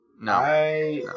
No